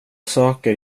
saker